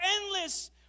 endless